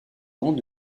grands